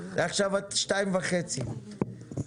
הקואליציה שהביצוע